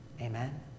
Amen